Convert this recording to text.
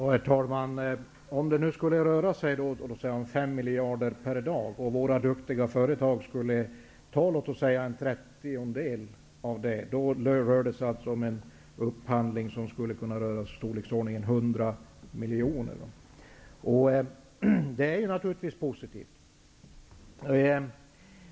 Herr talman! Om det nu skulle röra sig om 5 miljarder per dag och våra duktiga företag skulle ta en trettiondel av det, då blir det en upphandling på mer än 100 miljoner. Det är naturligtvis positivt.